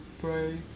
pray